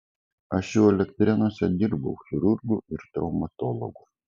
aš jau elektrėnuose dirbau chirurgu ir traumatologu